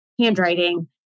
handwriting